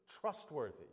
trustworthy